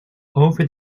over